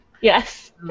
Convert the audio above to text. Yes